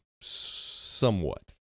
Somewhat